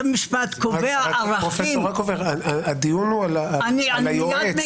פרו' רקובר, הדיון הוא על היועץ.